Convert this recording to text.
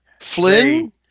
Flynn